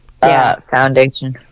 foundation